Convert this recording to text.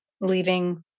leaving